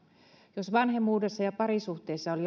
jos vanhemmuudessa ja parisuhteessa oli